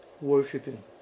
worshipping